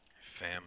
Fam